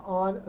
on